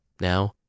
Now